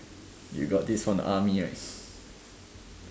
you got this from the army right